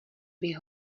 bych